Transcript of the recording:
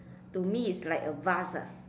to me is like a vase ah